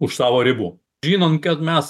už savo ribų žinom kad mes